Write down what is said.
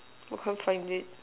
I can't find it